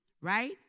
right